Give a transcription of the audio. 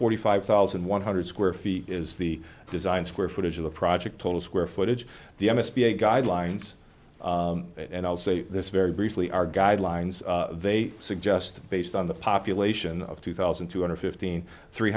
forty five thousand one hundred square feet is the design square footage of the project total square footage the s b a guidelines and i'll say this very briefly our guidelines they suggest based on the population of two thousand two hundred fifteen three